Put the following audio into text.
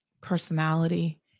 personality